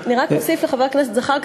אני רק אוסיף לחבר הכנסת זחאלקה.